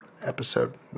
episode